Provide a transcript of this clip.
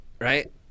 right